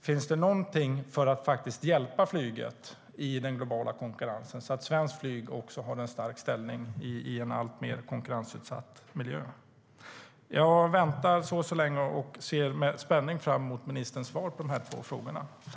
Finns det någonting som regeringen vill göra för att hjälpa flyget i den globala konkurrensen så att svenskt flyg har en stark ställning också i en alltmer konkurrensutsatt miljö?